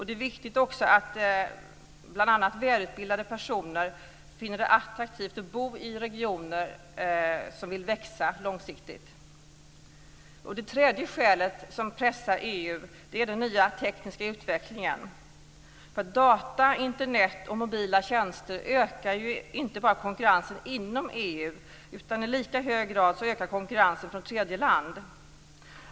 Det är viktigt att bl.a. välutbildade personer finner det attraktivt att bo i regioner som vill växa långsiktigt. Det tredje skälet som pressar EU är den nya tekniska utvecklingen. Data, Internet och mobila tjänster ökar inte bara konkurrensen inom EU. I lika hög grad ökar konkurrensen från tredje land.